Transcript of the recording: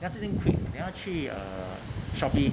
要之前 quit then 要去 uh Shopee